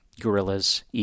guerrillas